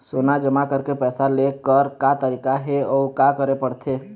सोना जमा करके पैसा लेकर का तरीका हे अउ का करे पड़थे?